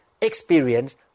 experience